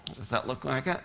does that look like